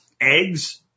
Eggs